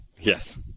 Yes